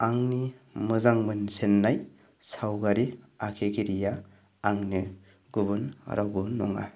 आंनि मोजां मोनसिननाय सावगारि आखिगिरिया आंनो गुबुन रावबो नङा